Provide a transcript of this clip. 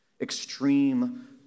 extreme